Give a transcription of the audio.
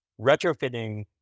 retrofitting